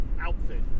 outfit